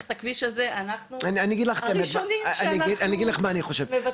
את הכביש הזה אנחנו הראשונים שאנחנו מוותרים על הכביש.